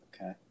Okay